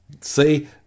See